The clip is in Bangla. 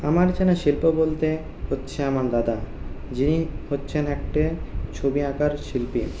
আমার চেনা শিল্প বলতে হচ্ছে আমার দাদা যিনি হচ্ছেন একজন ছবি আঁকার শিল্পী